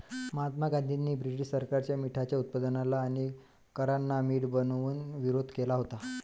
महात्मा गांधींनी ब्रिटीश सरकारच्या मिठाच्या उत्पादनाला आणि करांना मीठ बनवून विरोध केला होता